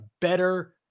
better